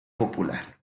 popular